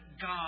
God